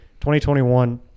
2021